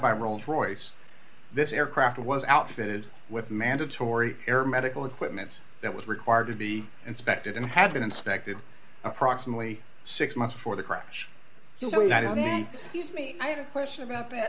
by rolls royce this aircraft was outfitted with mandatory air medical equipment that was required to be inspected and had been inspected approximately six months before the crash so that when he sees me i have a question about that